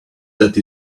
that